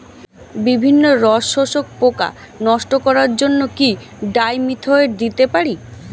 বিভিন্ন রস শোষক পোকা নষ্ট করার জন্য কি ডাইমিথোয়েট দিতে পারি?